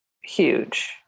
huge